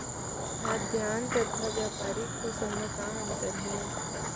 खाद्यान्न तथा व्यापारिक फसल मा का अंतर हे?